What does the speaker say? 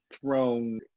thrown